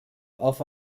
auf